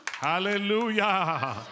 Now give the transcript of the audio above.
Hallelujah